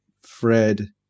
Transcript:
Fred